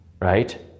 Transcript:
right